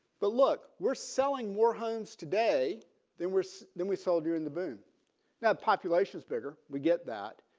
but look we're selling more homes today than we're so than we sold during the boom now. population is bigger. we get that.